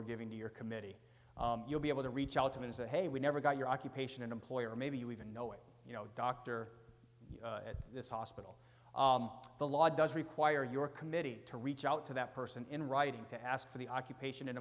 are giving your committee you'll be able to reach out to me is that hey we never got your occupation employer maybe you even know it you know doctor at this hospital the law does require your committee to reach out to that person in writing to ask for the occupation an